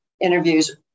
interviews